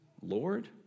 Lord